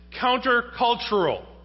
counter-cultural